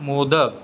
modak